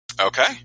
Okay